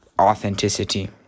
authenticity